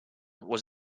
was